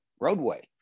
roadway